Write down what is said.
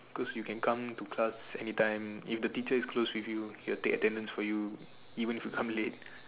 cause you can come to class anytime if the teacher is close with you he will take attendance for you even if you come late